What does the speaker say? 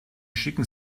schicken